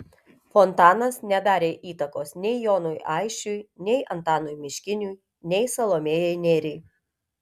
fontanas nedarė įtakos nei jonui aisčiui nei antanui miškiniui nei salomėjai nėriai